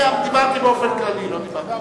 דיברתי באופן כללי, לא דיברתי על,